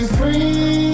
free